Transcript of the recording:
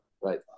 Right